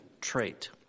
trait